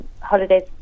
holidays